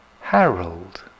Harold